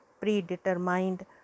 predetermined